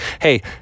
Hey